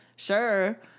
Sure